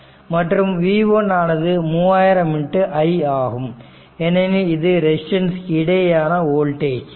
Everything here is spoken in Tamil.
மற்றும் V1 ஆனது 3000 i ஆகும் ஏனெனில் இது ரெசிஸ்டன்ஸ்க்கு இடையேயான வோல்டேஜ் ஆகும்